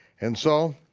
and so,